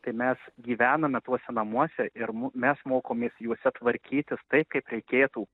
tai mes gyvename tuose namuose ir mes mokomės juose tvarkytis taip kaip reikėtų